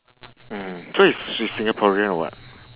mm so is she's singaporean or what